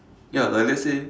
ya like let's say